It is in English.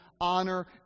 honor